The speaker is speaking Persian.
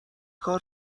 کار